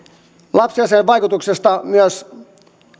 lapsiasiainvaikutuksista on myös